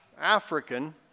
African